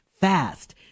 fast